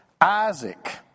Isaac